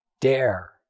dare